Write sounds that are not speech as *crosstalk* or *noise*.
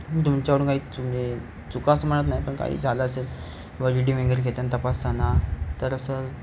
तुमच्याकडून काही *unintelligible* चुका असं म्हणत नाही पण काही झालं असेल *unintelligible* घेताना तपासताना तर असं